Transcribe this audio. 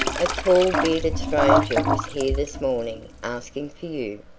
a tall, bearded stranger was here this morning asking for you,